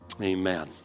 Amen